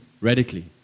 radically